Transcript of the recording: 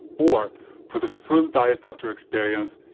or for the full diet doctor experience,